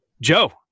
Joe